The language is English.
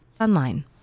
online